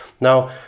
Now